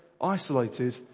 isolated